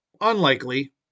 unlikely